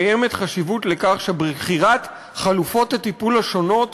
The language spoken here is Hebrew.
קיימת חשיבות לכך שבחירת חלופות הטיפול השונות